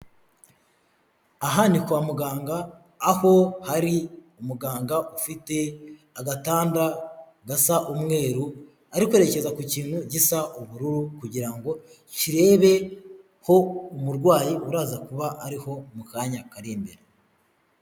Aha ni kwa muganga, aho hari umuganga ufite agatanda gasa umweru, ari kwerekeza ku kintu gisa ubururu, kugira ngo kirebe ko umurwayi uraza kuba ari ho mu kanya kari imbere.